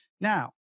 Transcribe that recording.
Now